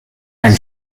and